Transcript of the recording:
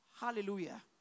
Hallelujah